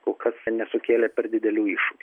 kol kas nesukėlė per didelių iššūkių